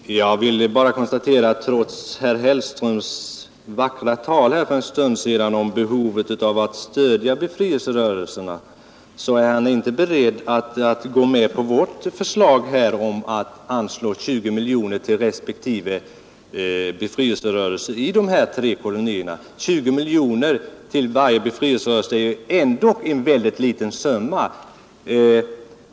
Fru talman! Jag vill bara konstatera att herr Hellström trots sitt vackra tal här för en stund sedan om behovet av att stödja befrielserörelserna inte är beredd att gå med på vårt förslag att anslå 20 miljoner kronor till respektive befrielserörelser i de tre kolonier det gäller. 20 miljoner till var och en av dessa befrielserörelser är ändock en mycket liten summa.